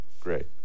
Great